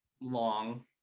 long